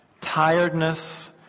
tiredness